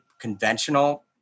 conventional